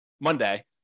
monday